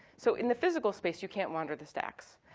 so in the physical space you can't wander the stacks.